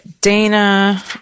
Dana